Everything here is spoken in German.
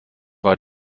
war